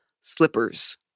slippers